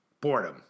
Boredom